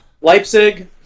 Leipzig